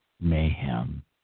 mayhem